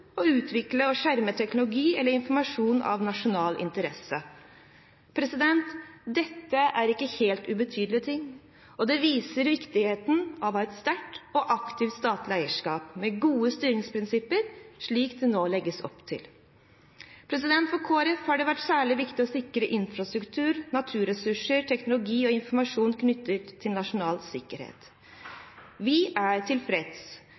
utvikle og skjerme teknologi eller informasjon av nasjonal interesse Dette er ikke helt ubetydelige ting. Og det viser viktigheten av å ha et sterkt og aktivt statlig eierskap, med gode styringsprinsipper, slik det nå legges opp til. For Kristelig Folkeparti har det vært særlig viktig å sikre infrastruktur, naturressurser, teknologi og informasjon knyttet til nasjonal sikkerhet. Vi er tilfreds